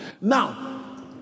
now